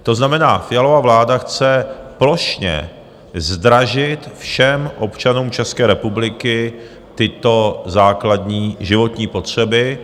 To znamená, Fialova vláda chce plošně zdražit všem občanům České republiky tyto základní životní potřeby.